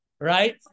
Right